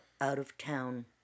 out-of-town